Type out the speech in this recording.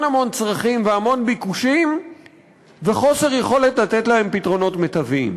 המון צרכים והמון ביקושים וחוסר יכולת לתת להם פתרונות מיטביים.